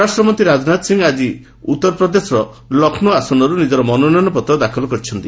ସ୍ୱରାଷ୍ଟ୍ରମନ୍ତ୍ରୀ ରାଜନାଥ ସିଂହ ଆଜି ଉତ୍ତର ପ୍ରଦେଶର ଲକ୍ଷ୍ରୌ ଆସନରୁ ନିଜର ମନୋନୟନ ପତ୍ର ଦାଖଲ କରିଛନ୍ତି